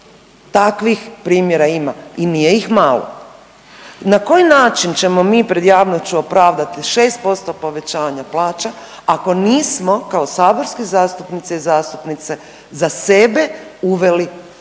takvih primjera ima i nije ih malo. Na koji način ćemo mi pred javnošću opravdati 6% povećanja plaća ako nismo kao saborski zastupnici i zastupnice za sebe uveli neka